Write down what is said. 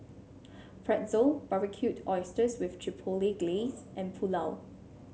Pretzel Barbecued Oysters with Chipotle Glaze and Pulao